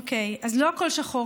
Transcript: אוקיי, אז לא הכול שחור.